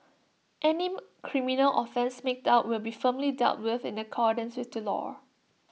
any criminal offence made out will be firmly dealt with in accordance with the law